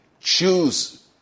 choose